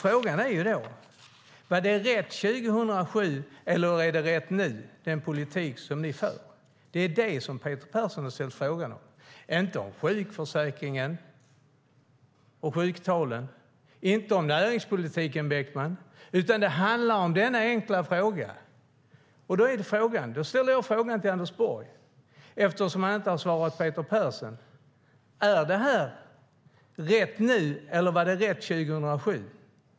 Frågan är: Var den politik som ni för rätt 2007 eller är den rätt nu? Det är det som Peter Persson har ställt en fråga om. Det handlar inte om sjukförsäkringen och sjuktalen. Det handlar inte om näringspolitiken, Beckman. Det handlar om denna enkla fråga. Jag ställer frågan till Anders Borg eftersom han inte har svarat Peter Persson: Är detta rätt nu eller var det rätt 2007?